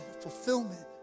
fulfillment